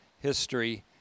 history